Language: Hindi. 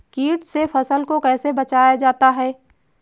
कीट से फसल को कैसे बचाया जाता हैं?